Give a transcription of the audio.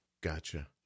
Gotcha